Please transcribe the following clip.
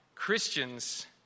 christians